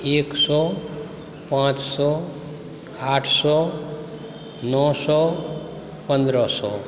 एक सओ पाँच सओ आठ सओ नओ सओ पनरह सओ